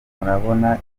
murabona